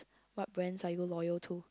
what brands are you loyal to